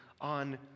on